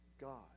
God